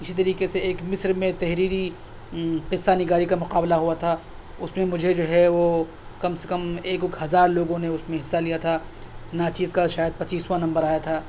اِسی طریقے سے ایک مصر میں تحریری قصہ نگاری کا مقابلہ ہوا تھا اس میں مجھے جو ہے وہ کم سے کم ایک اوک ہزار لوگوں نے اُس میں حصہ لیا تھا ناچیز کا شاید پچیسواں نمبر آیا تھا